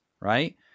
Right